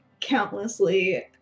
countlessly